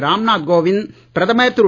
ராம் நாத் கோவிந்த் பிரதமர் திரு